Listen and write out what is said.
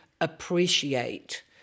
appreciate